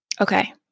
Okay